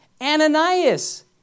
Ananias